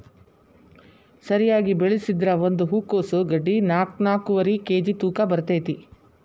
ಸರಿಯಾಗಿ ಬೆಳಸಿದ್ರ ಒಂದ ಹೂಕೋಸ್ ಗಡ್ಡಿ ನಾಕ್ನಾಕ್ಕುವರಿ ಕೇಜಿ ತೂಕ ಬರ್ತೈತಿ